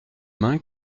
main